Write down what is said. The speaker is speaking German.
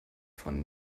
von